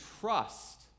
trust